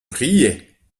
riait